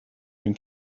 can